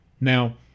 Now